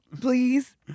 Please